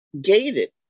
gated